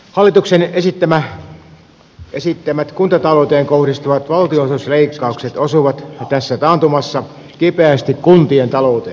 hallituksen esittämät kuntatalouteen kohdistuvat valtionosuusleikkaukset osuvat tässä taantumassa kipeästi kuntien talouteen